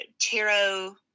tarot